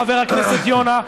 חבר הכנסת יונה,